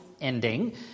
ending